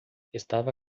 estava